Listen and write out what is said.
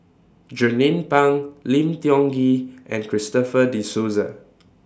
Jernnine Pang Lim Tiong Ghee and Christopher De Souza